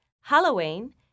Halloween